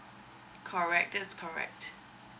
correct that's correct